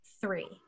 three